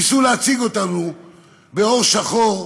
ניסו להציג אותנו באור שחור,